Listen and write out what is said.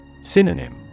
Synonym